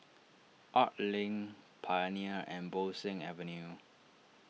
Arts Link Pioneer and Bo Seng Avenue